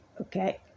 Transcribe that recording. Okay